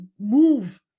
move